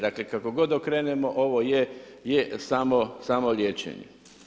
Dakle, kako god okrenemo ovo je samo liječenje.